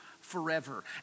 forever